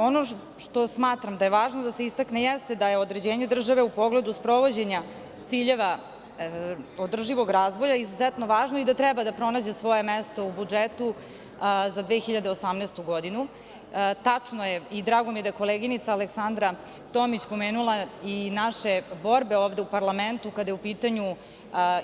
Ono što smatram da je važno da se istakne, jeste da je određenje države u pogledu sprovođenja ciljeva održivog razvoja izuzetno važno i da treba da pronađe svoje mesto u budžetu za 2018. godinu, tačno je i drago mi je da je koleginica Tomić pomenula i naše borbe ovde u parlamentu kada je u pitanju